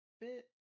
bit